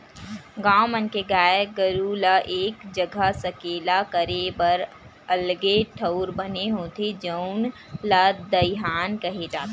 गाँव मन के गाय गरू ल एक जघा सकेला करे बर अलगे ठउर बने होथे जउन ल दईहान केहे जाथे